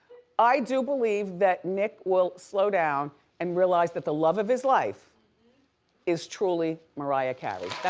i do believe that nick will slow down and realize that the love of his life is truly mariah carey,